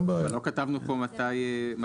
לא כתבנו מתי,